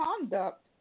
conduct